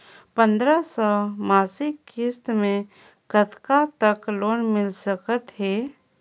पंद्रह सौ मासिक किस्त मे कतका तक लोन मिल सकत हे?